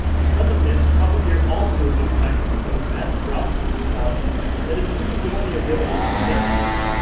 because of this, puppeteer also it gives you access to advanced browser functionality that is usually only available through devtools.